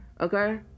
okay